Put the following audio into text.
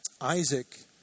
Isaac